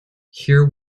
here